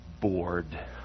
bored